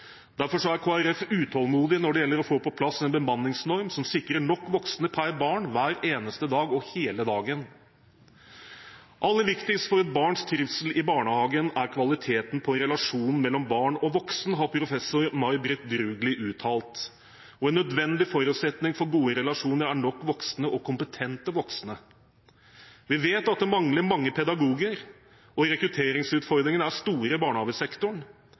Derfor er Kristelig Folkeparti utålmodig når det gjelder å få på plass en bemanningsnorm som sikrer nok voksne per barn hver eneste dag og hele dagen. Professor May Britt Drugli har uttalt at det aller viktigste for et barns trivsel i barnehagen er kvaliteten på relasjonen mellom barn og voksne. En nødvendig forutsetning for gode relasjoner er nok voksne – og kompetente voksne. Vi vet at det mangler mange pedagoger, og rekrutteringsutfordringene er store i barnehagesektoren.